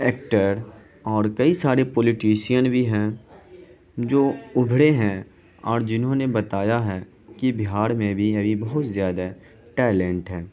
actor اور کئی سارے پولیٹیشین بھی ہیں جو ابھرے ہیں اور جنہوں نے بتایا ہے کہ بہار میں بھی ابھی بہت زیادہ ٹیلنٹ ہے